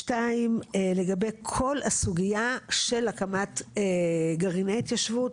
שתיים, לגבי כל הסוגייה של הקמת גרעיני התיישבות,